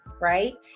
right